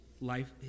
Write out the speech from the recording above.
life